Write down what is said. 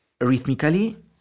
rhythmically